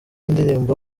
indirimbo